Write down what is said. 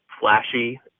flashy